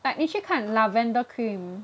like 你去看 lavender cream